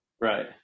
Right